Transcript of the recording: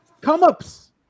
come-ups